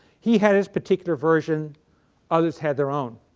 he had his particular version others had their own.